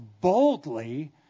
boldly